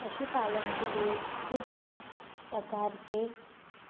पशुपालन के लिए कुछ प्रकार के